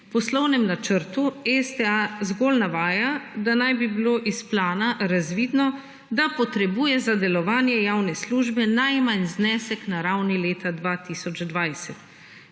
V poslovnem načrtu STA zgolj navaja, da naj bi bilo iz plana razvidno, da potrebuje za delovanje javne službe najmanj znesek na ravni leta 2020.